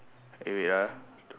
eh wait ah